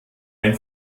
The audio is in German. ein